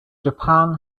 japan